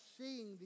seeing